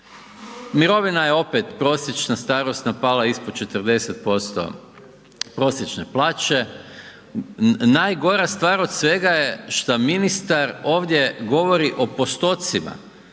Mirovina je pet prosječna starosna pala ispod 40% prosječne plaće, najgora stvar od svega je što ministar ovdje govori o postocima.